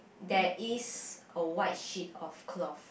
there is a white sheet of cloth